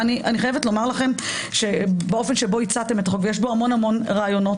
למשל בפרוטקשן שיש בו מספר מאוימים,